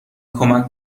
کمک